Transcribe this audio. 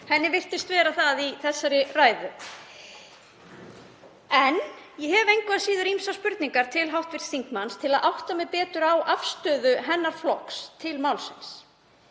henni virtist vera það í þessari ræðu. Ég hef engu að síður ýmsar spurningar til hv. þingmanns til að geta áttað mig betur á afstöðu flokks hennar til málsins.